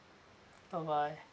bye bye